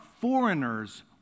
foreigners